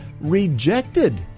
rejected